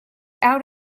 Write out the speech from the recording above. out